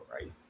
right